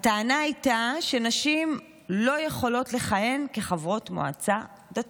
הטענה הייתה שנשים לא יכולות לכהן כחברות מועצה דתית.